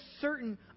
certain